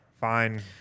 fine